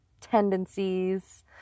tendencies